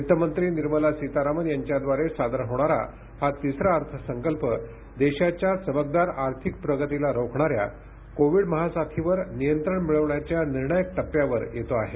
वित्तमंत्री निर्मला सीतारामन यांच्याद्वारे सादर होणारा हा तिसरा अर्थसंकल्प देशाच्या चमकदार आर्थिक प्रगतीला रोखणाऱ्या कोविड महासाथीवर नियंत्रण मिळवण्याच्या निर्णायक टप्प्यावर येतो आहे